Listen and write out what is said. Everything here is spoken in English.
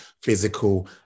physical